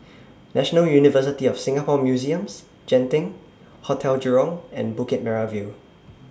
National University of Singapore Museums Genting Hotel Jurong and Bukit Merah View